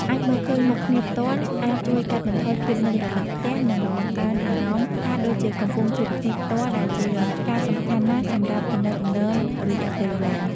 អាចមើលឃើញមុខគ្នាផ្ទាល់ អាចជួយកាត់បន្ថយភាពនឹករលឹកផ្ទះ និងបង្កើនអារម្មណ៍ថាដូចជាកំពុងជួបគ្នាផ្ទាល់ ដែលជាការសំខាន់ណាស់សម្រាប់ទំនាក់ទំនងរយៈពេលវែង ។